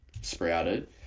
sprouted